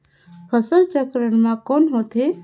फसल चक्रण मा कौन होथे?